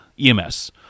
EMS